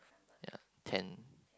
ya ten